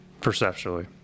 Perceptually